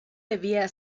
debía